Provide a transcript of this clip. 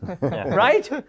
right